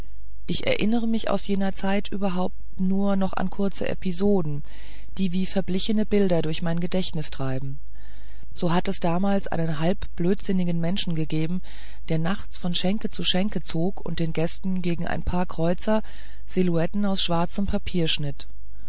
ich erinnere mich aus jener zeit überhaupt nur noch an kurze episoden die wie verblichene bilder durch mein gedächtnis treiben so hat es damals einen halbblödsinnigen menschen gegeben der nachts von schenke zu schenke zog und den gästen gegen ein paar kreuzer silhouetten aus schwarzem papier